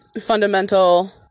fundamental